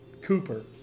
Cooper